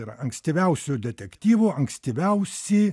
yra ankstyviausių detektyvų ankstyviausi